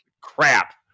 Crap